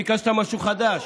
ביקשת משהו חדש,